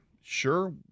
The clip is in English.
Sure